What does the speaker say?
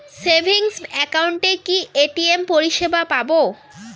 Savings একাউন্টে কি ATM পরিসেবা পাব?